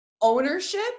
ownership